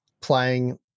playing